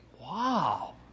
Wow